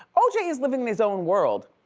o j. is living in his own world.